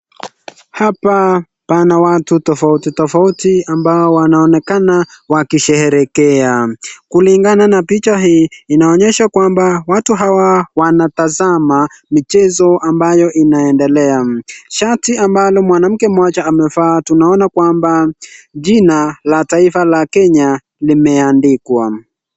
Hapa Pana watu tofauti tofauti ambao wanaonekana wakisheherekea. Kulingana na picha hii, inaonyesha kwamba watu hawa wanatazama michezo ambayo inaendelea . Shati ambalo mwanamke mmoja amevaa, tunaona kwamba jina la taifa la Kenya limeandikwa.